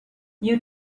you